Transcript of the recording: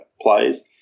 plays